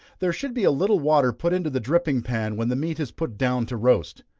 there should be a little water put into the dripping pan when the meat is put down to roast.